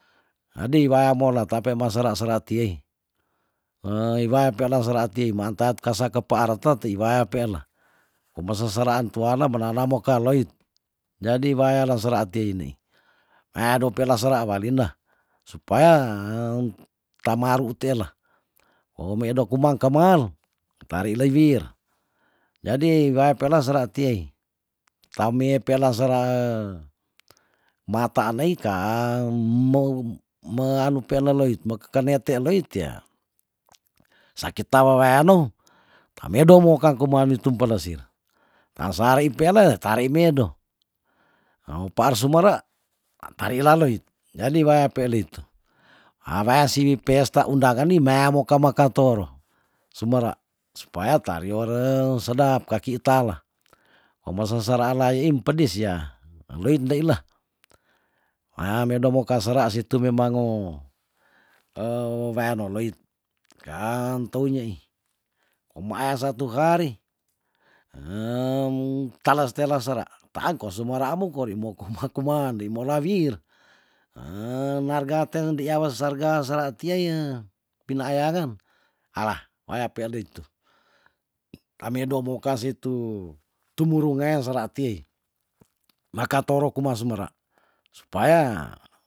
Hadi waya mola tape me sera sera ti iwaya peila sera ti maantat kasa kepaare te ti waya peila kume seseraan tuan menana moka loit jadi waya le sera tei ni eyado sera walina supaya tamaru tela omedo kumang kaman tari le wir jadi wea pela sera tie tame pela sera mata nei kaam mou me anu peleloit mekekane tea loit ya sakita wewean nou tamedo mokang koman witung pelesir taan sa rei peale tari medo hao paar sumara antari laloit jadi waya peilitu ah waya siwi pesta undangan ni mea moka maka makan toro sumera supaya tariore sedap kakita la ome sesera layiim pedis ya endoit ndei la wea medo moka sera situ memango weweano loit kaan tou nyei omeaaya satu hari tales tela sera taan ko sumera amo kori mokuma kuman ndei mola wir narga ten di awa sarga sera tie pina eyangen alah waya pile itu tamedo moka situ tumuru ngea sera tiei maka toro kuma sumera supaya